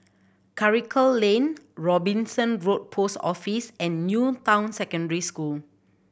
Karikal Lane Robinson Road Post Office and New Town Secondary School